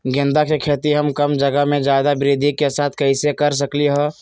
गेंदा के खेती हम कम जगह में ज्यादा वृद्धि के साथ कैसे कर सकली ह?